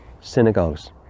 synagogues